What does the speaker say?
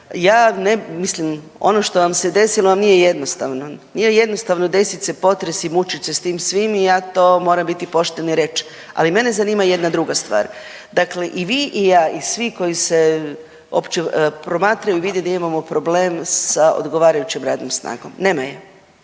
Ja, mislim, ono što vam se desilo nije jednostavno, nije jednostavno desit se potres i mučiti se sa svim ti i ja to moram biti poštena i reći. Ali mene zanima jedna druga stvar. Dakle, i vi i ja i svi koji se opće promatraju i vide da imamo problem sa odgovarajućom radnom snagom, nema je.